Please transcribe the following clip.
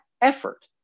effort